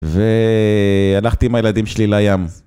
והלכתי עם הילדים שלי לים.